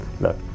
look